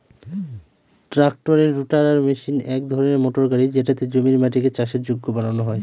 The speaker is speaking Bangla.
ট্রাক্টরের রোটাটার মেশিন এক ধরনের মোটর গাড়ি যেটাতে জমির মাটিকে চাষের যোগ্য বানানো হয়